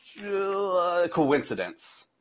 coincidence